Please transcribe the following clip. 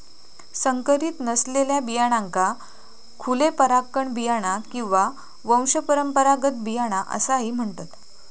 संकरीत नसलेल्या बियाण्यांका खुले परागकण बियाणा किंवा वंशपरंपरागत बियाणा असाही म्हणतत